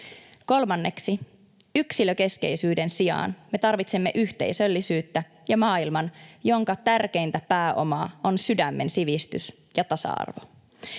Kolmanneksi yksilökeskeisyyden sijaan me tarvitsemme yhteisöllisyyttä ja maailman, jonka tärkeintä pääomaa on sydämen sivistys ja tasa-arvo.